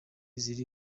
ziri